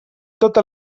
tota